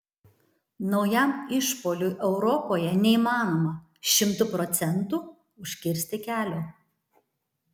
naujam išpuoliui europoje neįmanoma šimtu procentų užkirsti kelio